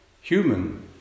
human